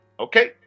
Okay